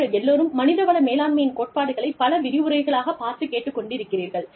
நீங்கள் எல்லோரும் மனிதவள மேலாண்மையின் கோட்பாடுகளைப் பல விரிவுரைகளாகப் பார்த்து கேட்டுக் கொண்டிருக்கிறீர்கள்